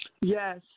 Yes